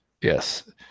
Yes